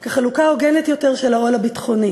כאל חלוקה הוגנת יותר של העול הביטחוני.